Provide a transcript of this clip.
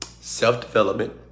self-development